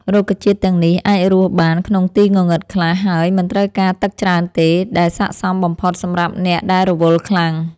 រុក្ខជាតិទាំងនេះអាចរស់បានក្នុងទីងងឹតខ្លះ ហើយមិនត្រូវការទឹកច្រើនទេ ដែលស័ក្តិសមបំផុតសម្រាប់អ្នកដែលរវល់ខ្លាំង។